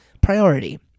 priority